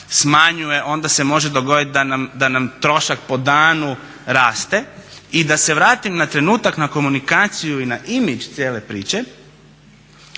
smanjuje onda se može dogoditi da nam trošak po danu raste. I da se vratim na trenutak na komunikaciju i na imidž cijele priče.